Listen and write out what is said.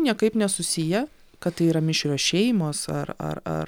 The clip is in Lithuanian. niekaip nesusiję kad tai yra mišrios šeimos ar ar ar